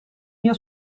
mio